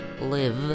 live